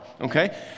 okay